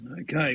Okay